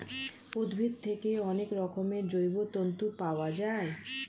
উদ্ভিদ থেকে অনেক রকমের জৈব তন্তু পাওয়া যায়